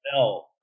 no